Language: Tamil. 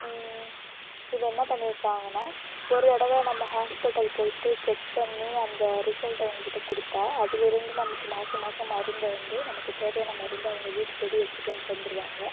இப்போ என்ன பண்ணியிருக்காங்கன்னா ஒரு தடவை நம்ம ஹாஸ்பிட்டல் போய்விட்டு செக் பண்ணி அந்த ரிசல்ட்டை அவங்க கிட்டே கொடுத்தா அதிலிருந்து நமக்கு மாதம் மாதம் மருந்தை வந்து நமக்கு தேவையான மருந்தை அவங்க வீடு தேடி எடுத்துகிட்டு வந்து தந்துடுவாங்க